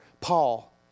Paul